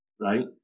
right